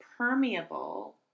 permeable